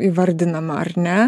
įvardinama ar ne